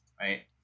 right